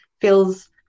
feels